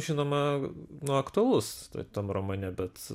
žinoma nu aktualus tam romane bet